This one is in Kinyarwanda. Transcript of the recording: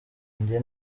njye